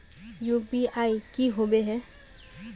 UPI की होबे है?